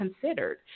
considered